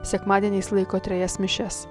sekmadieniais laiko trejas mišias